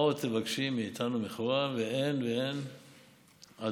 מה עוד תבקשי מאיתנו מכורה ואין ואין עדיין?